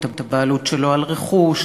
את הבעלות שלו על רכוש,